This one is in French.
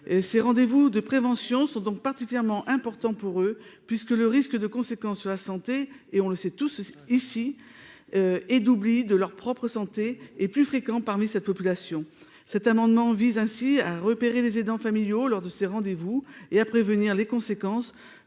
ses rendez-vous de prévention sont donc particulièrement important pour eux puisque le risque de conséquences sur la santé et on le sait tous ici, et d'oubli de leur propre santé et plus fréquent parmi cette population, cet amendement vise ainsi à repérer les aidants familiaux lors de ses rendez-vous et à prévenir les conséquences